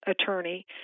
attorney